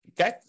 Okay